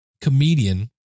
comedian